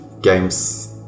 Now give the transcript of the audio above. games